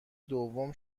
دوم